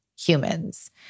humans